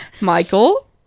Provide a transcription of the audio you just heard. michael